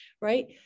right